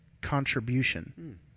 contribution